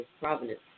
provenance